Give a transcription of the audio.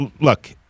look